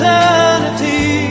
Eternity